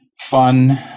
fun